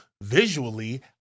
visually